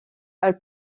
elle